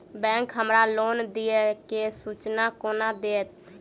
Bank हमरा loan देय केँ सूचना कोना देतय?